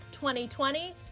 2020